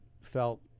felt